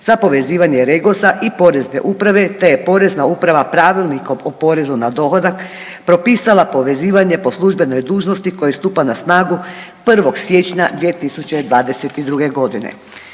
za povezivanje REGOS-a i Porezne uprave te je Porezna uprava Pravilnikom o poreznu na dohodak propisala povezivanje po službenoj dužnosti koje stupa na snagu 1. siječnja 2022. g.